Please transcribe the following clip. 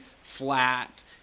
flat